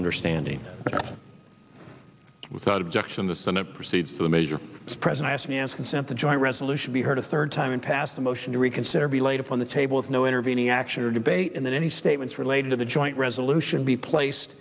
understanding without objection the senate proceed the measure the president asked me as consent the joint resolution be heard a third time and passed the motion to reconsider be laid upon the table with no intervening action or debate and then any statements related to the joint resolution be placed